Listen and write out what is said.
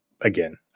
again